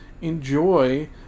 enjoy